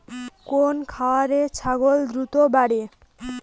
কোন খাওয়ারে ছাগল দ্রুত বাড়ে?